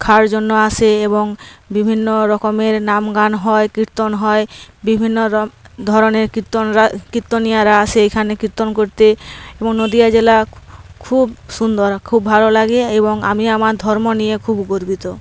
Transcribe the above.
খাওয়ার জন্য আসে এবং বিভিন্ন রকমের নাম গান হয় কীর্তন হয় বিভিন্ন ধরনের কীর্তনরা কীর্তনীয়ারা আসে এখানে কীর্তন করতে এবং নদীয়া জেলা খুব সুন্দর খুব ভালো লাগে এবং আমি আমার ধর্ম নিয়ে খুব গর্বিত